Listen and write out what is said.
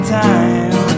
time